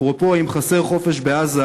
אפרופו, אם חסר חופש בעזה,